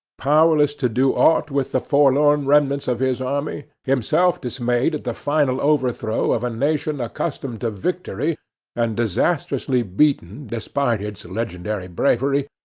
powerless to do aught with the forlorn remnants of his army, himself dismayed at the final overthrow of a nation accustomed to victory and disastrously beaten despite its legendary bravery,